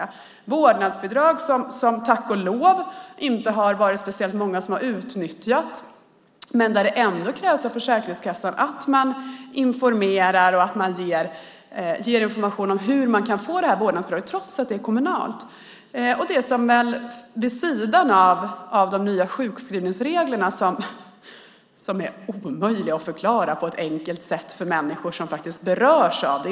Vi har vårdnadsbidraget som tack och lov inte speciellt många har utnyttjat men där det ändå krävs av Försäkringskassan att de ger information om hur man kan få vårdnadsbidraget, trots att det är kommunalt. Vi har de nya sjukskrivningsreglerna som är omöjliga att förklara på ett enkelt sätt för människor som berörs av dem.